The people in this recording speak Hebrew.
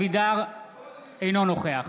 אינו נוכח